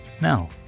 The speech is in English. Now